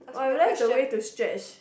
!wah! I realized the way to stretch